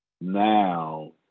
Now